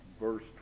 verse